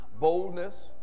boldness